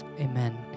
Amen